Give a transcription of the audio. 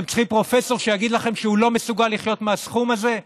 אתם צריכים פרופסור שיגיד לכם שהוא לא מסוגל לחיות מהסכום הזה?